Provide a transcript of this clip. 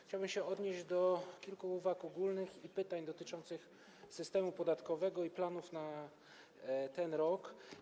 Chciałbym się odnieść do kilku uwag ogólnych i pytań dotyczących systemu podatkowego i planów na ten rok.